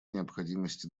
необходимости